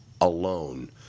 alone